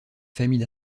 famille